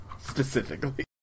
Specifically